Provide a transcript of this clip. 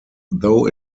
though